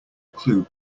clue